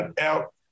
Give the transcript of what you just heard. out